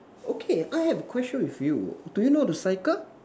okay I have a question with you do you know how to cycle